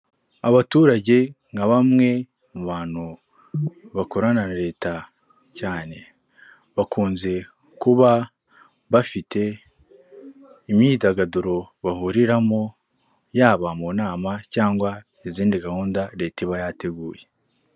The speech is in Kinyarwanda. Abaturage nka bamwe mu bantu bakorana na leta cyane, bakunze kuba bafite imyidagaduro bahuriramo yaba mu nama cyangwa izindi gahunda leta iba yateguye.